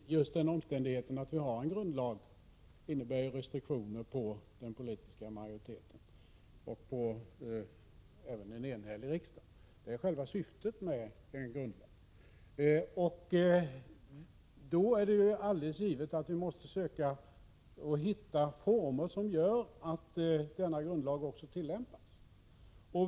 Prot. 1986/87:54 Herr talman! Just den omständigheten att vi har en grundlag innebär ju 14 januari 1987 restriktioner för den politiska majoriteten och även för en enhällig riksdag. Detta är själva syftet med en grundlag. Då är det alldeles givet att vi måste söka hitta former som gör att denna grundlag också tillämpas.